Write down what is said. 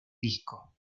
disco